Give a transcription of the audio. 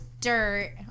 dirt